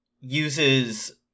uses